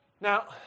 Now